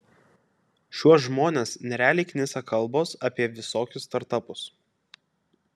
šiuos žmones nerealiai knisa kalbos apie visokius startapus